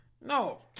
no